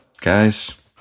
guys